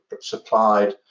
supplied